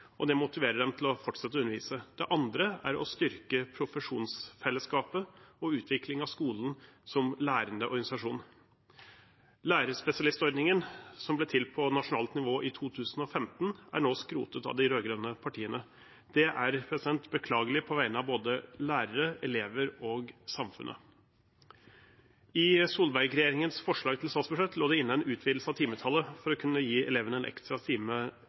og at det motiverer dem til å fortsette å undervise. Det andre er å styrke profesjonsfellesskapet og utvikling av skolen som lærende organisasjon. Lærerspesialistordningen, som ble til på nasjonalt nivå i 2015, er nå skrotet av de rød-grønne partiene. Det er beklagelig på vegne av både lærere, elever og samfunn I Solberg-regjeringens forslag til statsbudsjett lå det inne en utvidelse av timetallet for å kunne gi elevene en ekstra time